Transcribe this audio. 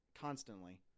constantly